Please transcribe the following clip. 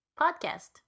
Podcast